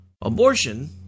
Abortion